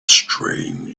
strange